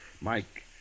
Mike